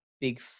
big